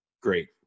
Great